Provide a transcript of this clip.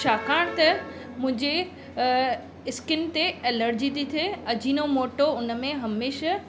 छाकाणि त मुंहिंजे स्किन ते एलर्जी थी थिए अजीनोमोटो उनमें हमेशह